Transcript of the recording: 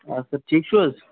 آ سَر ٹھیٖک چھِوٕ حظ